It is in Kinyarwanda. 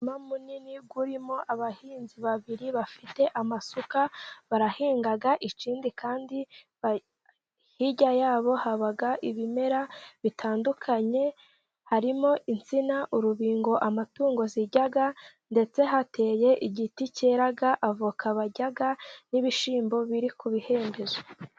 Umurima munini urimo abahinzi babiri bafite amasuka, barahinga, ikindi kandi hirya yabo haba ibimera bitandukanye harimo insina, urubingo amatungo arya, ndetse hateye igiti cyera avoka barya, n'ibishimbo biri ku bihembezo.